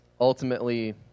ultimately